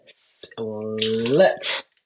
split